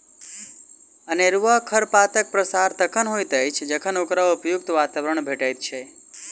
अनेरूआ खरपातक प्रसार तखन होइत अछि जखन ओकरा उपयुक्त वातावरण भेटैत छै